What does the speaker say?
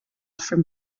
from